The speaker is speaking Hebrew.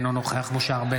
אינו נוכח משה ארבל,